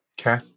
okay